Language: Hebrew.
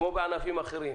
כמו בענפים אחרים